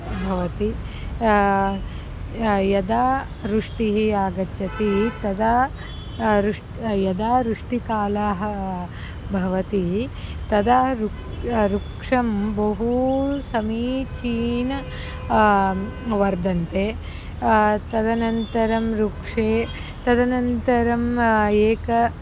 भवन्ति यदा वृष्टिः आगच्छति तदा रुष्ट् यदा वृष्टिकालः भवति तदा रुक् वृक्षं बहु समीचीनं वर्धते तदनन्तरं वृक्षे तदनन्तरम् एकः